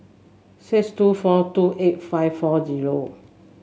six two four two eight five four zero